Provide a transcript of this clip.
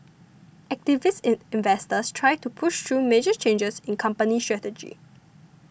activist investors try to push through major changes in company strategy